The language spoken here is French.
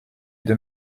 deux